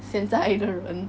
现在的人